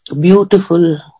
beautiful